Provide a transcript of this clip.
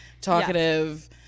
talkative